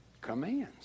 commands